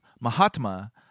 Mahatma